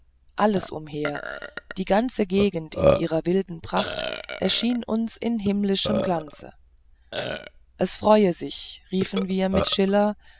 alles umher die ganze gegend in ihrer wilden pracht erschien uns in himmlischem glanze es freue sich riefen wir mit schiller